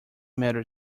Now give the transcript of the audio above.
matter